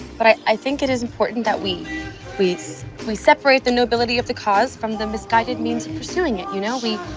but i i think it is important that we we separate the nobility of the cause from the misguided means of pursuing it. you know, we